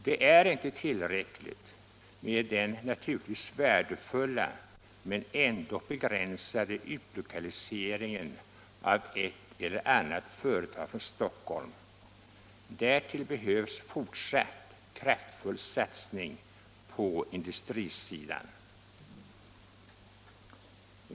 Det är inte tillräckligt med den naturligtvis värdefulla men ändock begränsade utlokaliseringen av ett eller annat företag från Stockholm. Därtill behövs fortsatt kraftfull satsning på industrisidan.